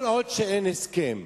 כל עוד אין הסכם,